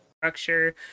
structure